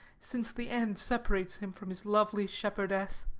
since the end separates him from his lovely shepherdess.